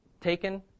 taken